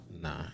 Nah